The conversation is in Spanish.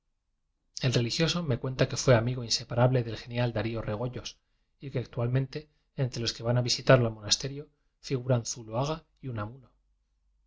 el religioso me cuenta que fué amigo in separable del genial dario regoyos y que actualmente entre los que van a visitarlo al monasterio figuran zuloaga y unamuno en un